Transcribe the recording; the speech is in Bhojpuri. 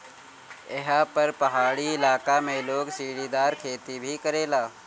एहा पर पहाड़ी इलाका में लोग सीढ़ीदार खेती भी करेला